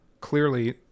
clearly